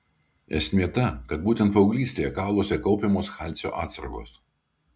esmė ta kad būtent paauglystėje kauluose kaupiamos kalcio atsargos